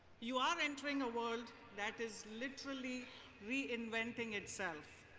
you are entering a world that is literally reinventing itself.